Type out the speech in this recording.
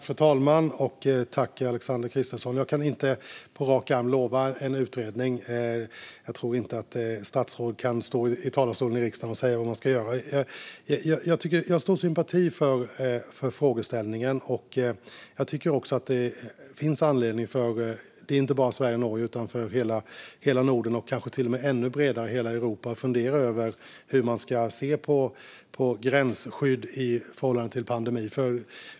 Fru talman! Tack, Alexander Christiansson! Jag kan inte på rak arm lova en utredning. Jag tror inte att statsråd kan stå i talarstolen i riksdagen och säga vad man ska göra. Jag har stor sympati för frågeställningen, och jag tycker också att det finns anledning för inte bara Sverige och Norge utan hela Norden och kanske till och med ännu bredare, hela Europa, att fundera över hur man ska se på gränsskydd i förhållande till en pandemi.